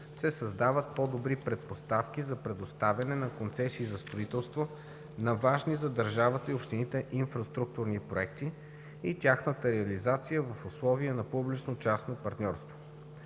се създават по-добри предпоставки за предоставяне на концесии за строителство на важни за държавата и общините инфраструктурни проекти и тяхната реализация в условия на публично-частно партньорство.